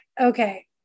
okay